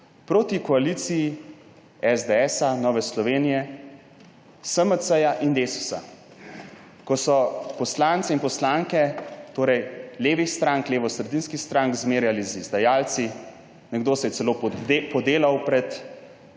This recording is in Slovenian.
proti koaliciji SDS, Nove Slovenije, SMC in Desusa, ko so poslance in poslanke levih strank, levosredinskih strank zmerjali z izdajalci, nekdo se je takrat celo podelal pred